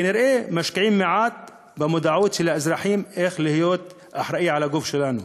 וכנראה משקיעים מעט במודעות של האזרחים איך להיות אחראים לגוף שלנו.